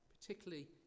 particularly